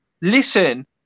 Listen